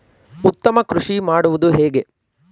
ಉತ್ತಮ ಕೃಷಿ ಮಾಡುವುದು ಹೇಗೆ?